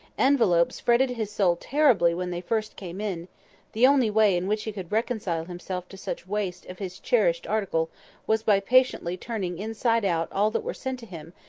envelopes fretted his soul terribly when they first came in the only way in which he could reconcile himself to such waste of his cherished article was by patiently turning inside out all that were sent to him,